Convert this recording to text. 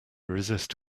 resist